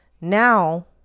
now